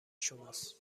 شماست